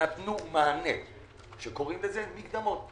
נתנו מענה שקוראים לו מקדמות.